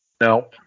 No